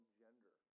gender